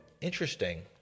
interesting